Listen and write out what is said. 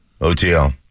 OTL